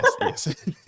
Yes